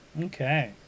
Okay